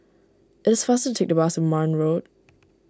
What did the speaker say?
it is faster to take the bus Marne Road